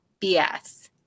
BS